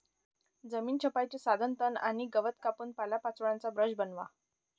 जमीन छपाईचे साधन तण आणि गवत कापून पालापाचोळ्याचा ब्रश बनवा